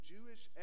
Jewish